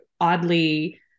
oddly